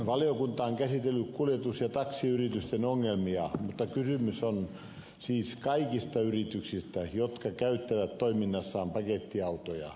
valiokunta on käsitellyt kuljetus ja taksiyritysten ongelmia mutta kysymys on siis kaikista yrityksistä jotka käyttävät toiminnassaan pakettiautoja